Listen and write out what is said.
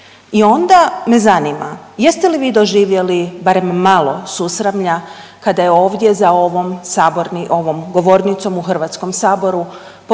i onda me zanima, jeste li vi doživjeli barem malo susramlja kada je ovdje za ovom .../nerazumljivo/... ovom